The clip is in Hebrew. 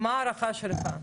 מה ההערכה שלך?